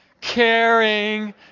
caring